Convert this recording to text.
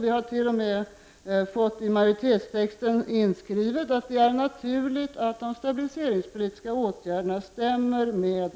Vi har t.o.m. fått inskrivet i majoritetstexten att det är naturligt att de stabiliseringspolitiska åtgärderna stämmer med